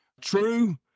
True